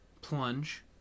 PLUNGE